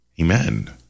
Amen